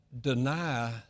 deny